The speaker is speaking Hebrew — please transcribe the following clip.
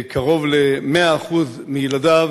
קרוב ל-100% מילדיו